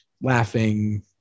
laughing